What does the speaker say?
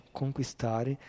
conquistare